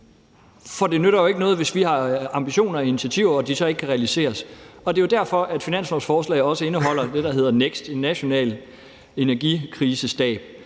for det nytter jo ikke noget, hvis vi har ambitioner og initiativer, at de så ikke kan realiseres. Det er jo derfor, finanslovsforslaget også indeholder det, der hedder NEKST, en national energikrisestab,